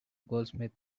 goldsmith